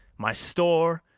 my store,